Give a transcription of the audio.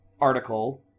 article